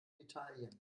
italien